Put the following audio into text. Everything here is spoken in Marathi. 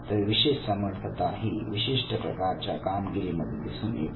तर विशेष समर्थता ही विशिष्ट प्रकारच्या कामगिरीमध्ये दिसून येते